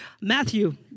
Matthew